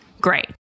Great